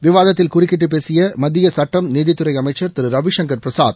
விவாதத்தில் குறுக்கிட்டு பேசிய மத்திய சுட்டம் நீதித்துறை அமைச்சர் திரு ரவிசங்கா் பிரசாத்